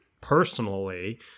personally